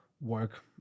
work